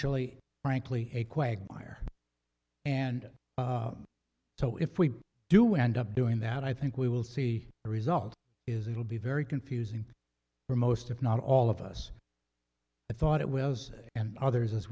ally frankly a quagmire and so if we do end up doing that i think we will see the result is it will be very confusing for most if not all of us thought it was and others as